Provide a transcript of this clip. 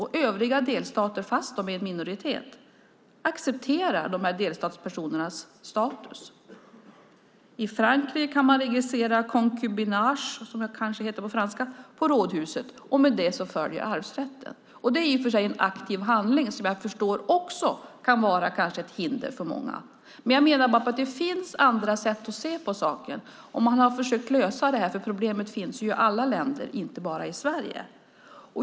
Även om de är i minoritet accepterar övriga delstater dessa personers status. I Frankrike kan man registrera concubinage, som det heter på franska, på rådhuset, och med det följer arvsrätten. Det är i och för sig en aktiv handling som jag förstår också kan vara ett hinder för många. Men jag menar bara att det finns andra sätt att se på saken och att man i andra länder har försökt lösa problemet, för det finns ju i alla länder, inte bara i Sverige.